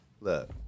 look